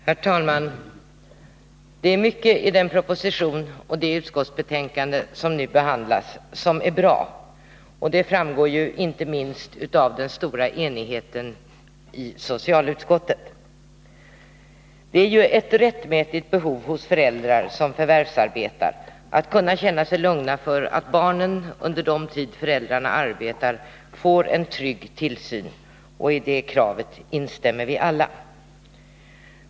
Herr talman! Det är mycket i den proposition och det utskottsbetänkande som nu behandlas som är bra. Det framgår inte minst av den stora enigheten i socialutskottet. Det är ett rättmätigt behov hos föräldrar som förvärvsarbetar att kunna känna sig lugna för att barnen under den tid föräldrarna arbetar får en trygg tillsyn. I det kravet instämmer vi alla.